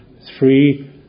Three